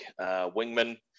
wingman